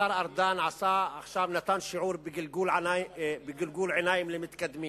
השר ארדן נתן עכשיו שיעור בגלגול עיניים למתקדמים.